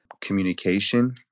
communication